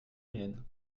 mienne